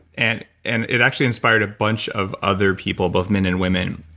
and and it actually inspired a bunch of other people, both men and women,